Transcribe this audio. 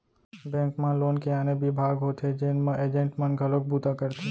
bank म loan के आने बिभाग होथे जेन म एजेंट मन घलोक बूता करथे